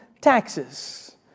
taxes